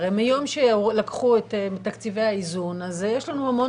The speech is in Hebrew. הרי מיום שלקחו את תקציבי האיזון יש לנו המון